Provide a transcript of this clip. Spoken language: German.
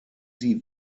sie